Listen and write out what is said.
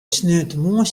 sneontemoarn